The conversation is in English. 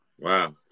Wow